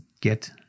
get